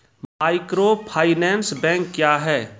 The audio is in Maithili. माइक्रोफाइनेंस बैंक क्या हैं?